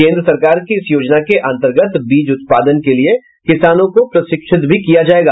केन्द्र सरकार की इस योजना के अन्तर्गत बीज उत्पादन के लिए किसानों को प्रशिक्षित भी किया जायेगा